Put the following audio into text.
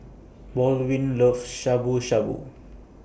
Baldwin loves Shabu Shabu